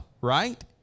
right